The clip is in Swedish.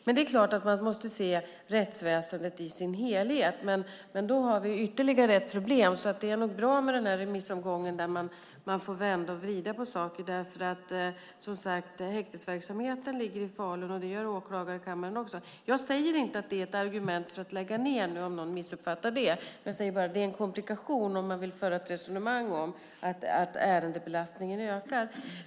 Men det är klart att man måste se rättsväsendet i sin helhet, och då har vi ytterligare problem. Därför är det nog bra med den här remissomgången, där man får vända och vrida på saker. Häktesverksamheten ligger, som sagt, i Falun, och det gör åklagarkammaren också. Jag säger nu inte att det är ett argument för att lägga ned, om någon skulle missuppfatta det. Jag säger bara att det är en komplikation om man vill föra ett resonemang om att ärendebelastningen ökar.